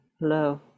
hello